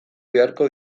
beharko